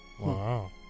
Wow